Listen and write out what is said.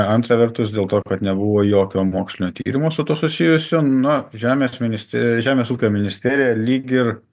antra vertus dėl to kad nebuvo jokio mokslinio tyrimo su tuo susijusio na žemės ministerija žemės ūkio ministerija lyg ir